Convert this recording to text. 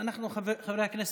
חברי הכנסת,